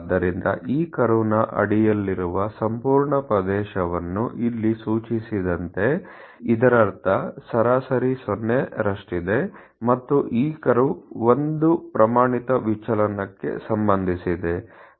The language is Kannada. ಆದ್ದರಿಂದ ಈ ಕರ್ವ್ನ ಅಡಿಯಲ್ಲಿರುವ ಸಂಪೂರ್ಣ ಪ್ರದೇಶವನ್ನು ಇಲ್ಲಿ ಸೂಚಿಸಿದಂತೆ ಇದರರ್ಥ ಸರಾಸರಿ 0 ರಷ್ಟಿದೆ ಮತ್ತು ಈ ಕರ್ವ್ಒಂದಿಗೆ ಪ್ರಮಾಣಿತ ವಿಚಲನ ಸಂಬಂಧಿಸಿದೆ